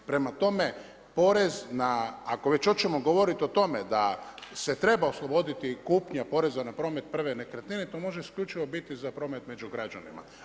Prema tome, porez na, ako već hoćemo govoriti o tome da se treba osloboditi kupnja poreza na promet prve nekretnine, to može isključivo biti za promet među građanima.